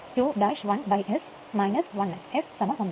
r2 2 1S 1 S S1